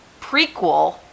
prequel